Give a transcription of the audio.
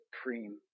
Supreme